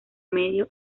medio